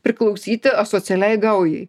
priklausyti asocialiai gaujai